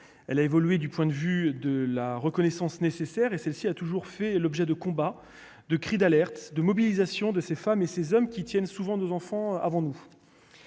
elle a évolué du point de vue de la reconnaissance nécessaire et celle-ci a toujours fait l'objet de combats de cri d'alerte de mobilisation de ces femmes et ces hommes qui tiennent souvent nos enfants avant nous.